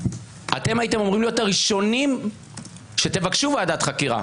אתם הייתם אמורים להיות הראשונים שתבקשו ועדת חקירה